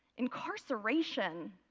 incarceration,